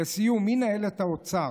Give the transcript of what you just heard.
לסיום, מי ינהל את האוצר?